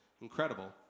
incredible